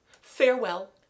Farewell